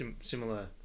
Similar